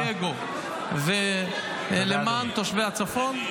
-- בלי אגו ולמען תושבי הצפון.